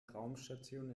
raumstation